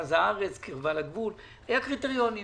למרכז הארץ, קרבה לגבול היו קריטריונים.